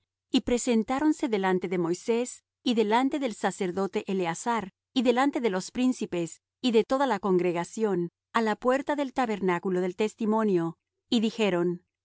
y presentáronse delante de moisés y delante del sacerdote eleazar y delante de los príncipes y de toda la congregación á la puerta del tabernáculo del testimonio y dijeron